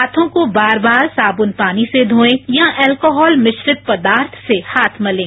हांथों को बार बार साबुन पानी से धोएं या अल्कोहल मिश्रित पदार्थ से हाथ मलें